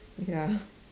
ya